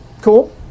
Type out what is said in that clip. Cool